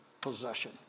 possession